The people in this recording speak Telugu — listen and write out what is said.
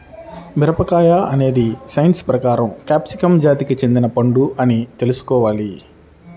మిరపకాయ అనేది సైన్స్ ప్రకారం క్యాప్సికమ్ జాతికి చెందిన పండు అని తెల్సుకోవాలి